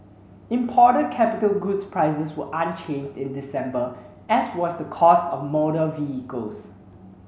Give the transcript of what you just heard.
imported capital goods prices were unchanged in December as was the cost of motor vehicles